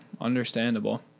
understandable